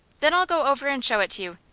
then i'll go over and show it to you.